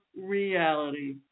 reality